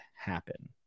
happen